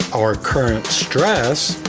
our current stress,